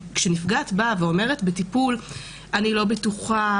כשנפגעת באה ואומרת בטיפול: אני לא בטוחה,